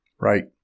Right